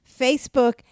Facebook